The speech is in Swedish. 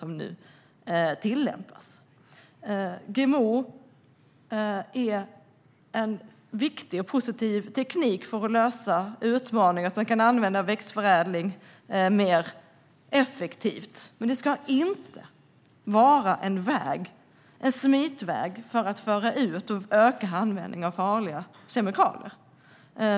GMO är en viktig och positiv teknik för att lösa utmaningar och använda växtförädling mer effektivt. Men det ska inte vara en smitväg för att föra ut och öka användningen av farliga kemikalier.